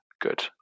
good